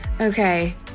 Okay